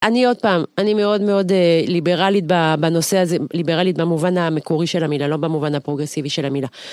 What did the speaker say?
אני עוד פעם, אני מאוד מאוד ליברלית בנושא הזה, ליברלית במובן המקורי של המילה, לא במובן הפרוגרסיבי של המילה.